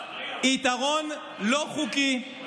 יתרון לא חוקי,